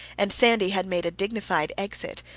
and sandy had made a dignified exit,